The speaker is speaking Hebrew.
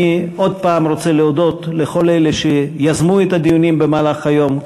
אני עוד פעם רוצה להודות לכל אלה שיזמו את הדיונים במהלך היום,